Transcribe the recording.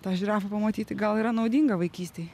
tą žirafą pamatyti gal yra naudinga vaikystėj